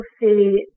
see